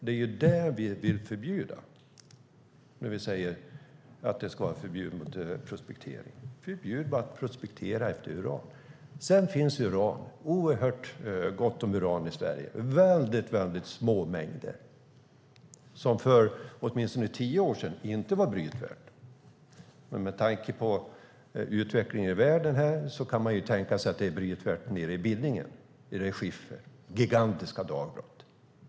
Det är det vi vill förbjuda när vi säger att det ska finnas ett förbud mot prospektering efter uran. Det sades att det skulle finnas gott om uran i Sverige. Det finns i mycket, mycket små mängder, så små att det åtminstone för tio år sedan inte var brytvärt. Med tanke på utvecklingen i världen kan man tänka sig att det är brytvärt i det skiffer som finns i Billingen - i gigantiska dagbrott.